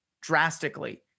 drastically